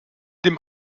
dem